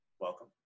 welcome